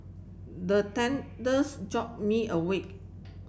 the jolt me awake